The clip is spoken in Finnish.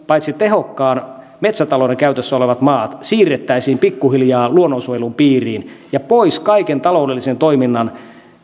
paitsi tehokkaan metsätalouden käytössä olevat maat siirrettäisiin pikkuhiljaa luonnonsuojelun piiriin ja pois kaiken taloudellisen toiminnan